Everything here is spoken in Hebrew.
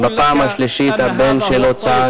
בפעם השלישית הבן שלו צעק: